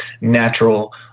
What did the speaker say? natural